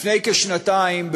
לפני כשנתיים,